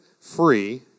free